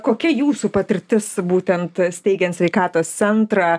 kokia jūsų patirtis būtent steigiant sveikatos centrą